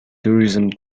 tourism